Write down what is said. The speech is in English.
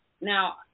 Now